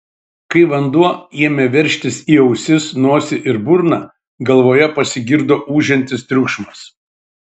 kai vanduo ėmė veržtis į ausis nosį ir burną galvoje pasigirdo ūžiantis triukšmas